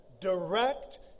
direct